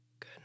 Good